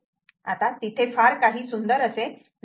आता तिथे फार काही सुंदर असे नाही